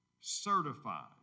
certified